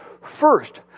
First